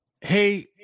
hey